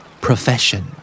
Profession